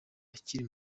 akiri